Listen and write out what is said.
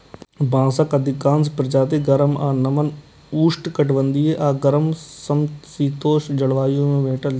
बांसक अधिकांश प्रजाति गर्म आ नम उष्णकटिबंधीय आ गर्म समशीतोष्ण जलवायु मे भेटै छै